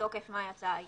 מתוקף מה יצאה האיגרת.